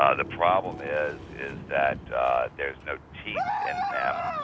ah the problem is is that there's no teeth in them,